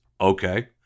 Okay